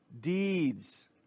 deeds